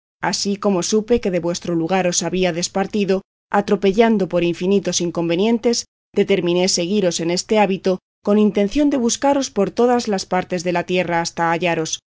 así como supe que de vuestro lugar os habíades partido atropellando por infinitos inconvenientes determiné seguiros en este hábito con intención de buscaros por todas las partes de la tierra hasta hallaros